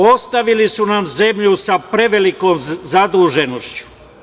Ostavili su nam zemlju sa prevelikom zaduženošću.